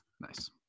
nice